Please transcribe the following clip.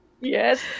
Yes